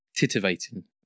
titivating